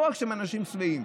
לא רק שהם אנשים שבעים,